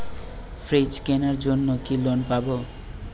Fridge কেনার জন্য কি লোন পাব?